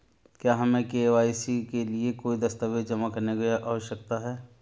क्या हमें के.वाई.सी के लिए कोई दस्तावेज़ जमा करने की आवश्यकता है?